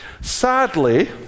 Sadly